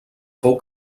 fou